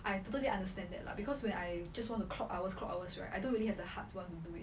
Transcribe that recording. I totally understand that lah because when I just want to clock hours clock hours right I don't really have the heart to want to do it